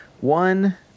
one